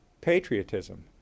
Patriotism